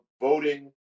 voting